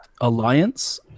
Alliance